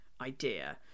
idea